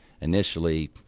initially